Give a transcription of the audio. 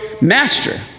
master